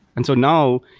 and so now,